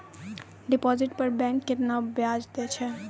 Deposit पर bank केतना ब्याज दै छै?